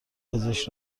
پزشک